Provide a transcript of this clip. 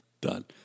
Done